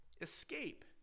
escape